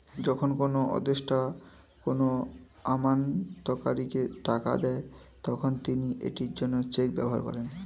যখন কোনো আদেষ্টা কোনো আমানতকারীকে টাকা দেন, তখন তিনি এটির জন্য চেক ব্যবহার করেন